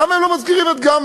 למה הם לא מזכירים את גמלא?